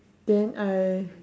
then I